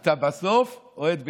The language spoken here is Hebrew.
אתה בסוף אוהד בית"ר,